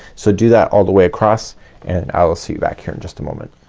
so do that all the way across and i'll see you back here in just a moment.